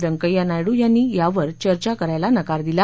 व्यंकय्या नायडू यांनी यावर चर्चा करायला नकार दिला